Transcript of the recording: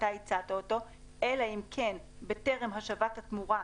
ואתה הצעת אותו: "אלא אם כן בטרם השבת התמורה,